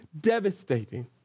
devastating